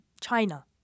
China